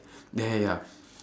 ya ya ya